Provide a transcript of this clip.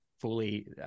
fully